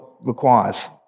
requires